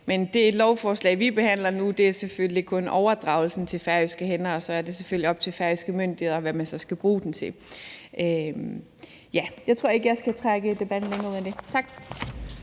Men det lovforslag, vi behandler nu, er selvfølgelig kun overdragelsen til færøske hænder, og så er det selvfølgelig op til færøske myndigheder, hvad man skal bruge den til. Ja, jeg tror ikke, jeg skal trække debatten længere ud end det. Tak.